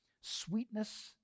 Sweetness